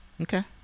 okay